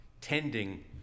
tending